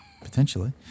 Potentially